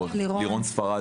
נכון.